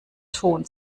ton